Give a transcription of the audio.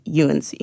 UNC